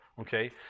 okay